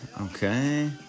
Okay